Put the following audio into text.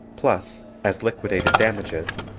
plus, as liquidated damages,